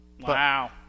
Wow